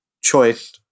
choice